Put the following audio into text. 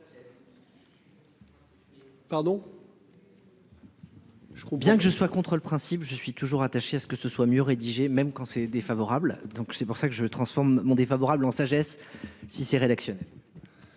bien que je sois contre le principe je suis toujours attachée à ce que ce soit mieux rédigé même quand c'est défavorable. Donc c'est pour ça que je transforme mon défavorable en sagesse. Si ces rédactions.